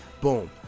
Boom